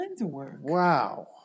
Wow